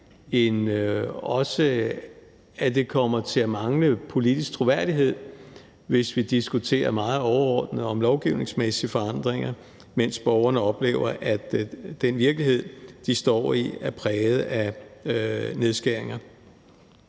det også kommer til at mangle politisk troværdighed, hvis vi diskuterer meget overordnet om lovgivningsmæssige forandringer, mens borgerne oplever, at den virkelighed, de står i, er præget af nedskæringer.